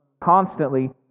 constantly